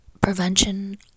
prevention